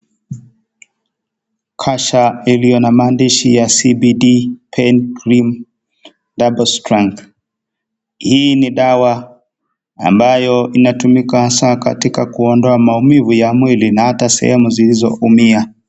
Kasha iliyo na maandishi CBD Pain cream, Double Strength hii ni dawa ambayo inatumika hasa katika kuondoa maumivu ya mwili na hata sehemu zilizoumia.